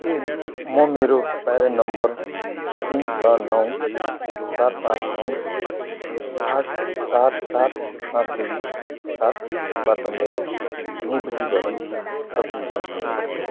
के म मेरो प्यारेन नम्बर तिन छ नौ चार पाँच नौ आठ चार सात पाँच दुई सातबाट मेरो निवृत्तिभरण रकम जाँच गर्न सक्छ